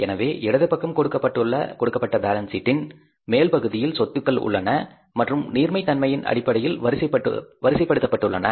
எனவே இடது பக்கம் கொடுக்கப்பட்ட பேலன்ஸ் சீட்டின் மேல் பகுதியில் அஸ்ஸட்ஸ் உள்ளன மற்றும் நீர்மை தன்மையின் அடிப்படையில் வரிசைப்படுத்தப்பட்டுள்ளன